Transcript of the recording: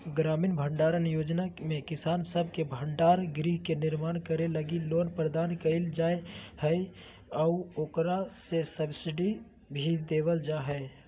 ग्रामीण भंडारण योजना में किसान सब के भंडार गृह के निर्माण करे लगी लोन प्रदान कईल जा हइ आऊ ओकरा पे सब्सिडी भी देवल जा हइ